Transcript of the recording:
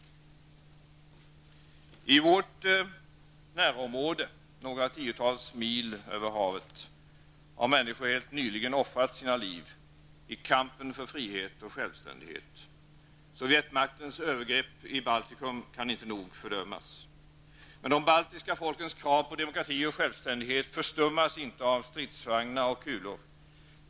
I vårt närområde, några tiotals mil bort, på andra sidan Östersjön, har människor helt nyligen offrat sina liv i kampen för frihet och självständighet. Sovjetmaktens övergrepp i Baltikum kan inte nog fördömas. Men de baltiska folkens krav på demokrati och självständighet förstummas inte av stridsvagnar och kulor.